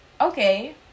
okay